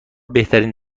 بهترین